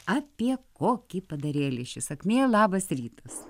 apie kokį padarėlį ši sakmė labas rytas